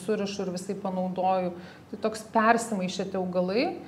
surišu ir visaip panaudoju tai toks persimaišę tie augalai